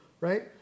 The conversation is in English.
right